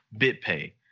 BitPay